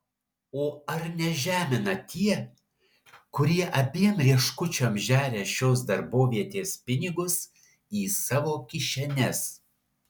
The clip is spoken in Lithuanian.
o ar nežemina tie kurie abiem rieškučiom žeria šios darbovietės pinigus į savo kišenes